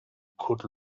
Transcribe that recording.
could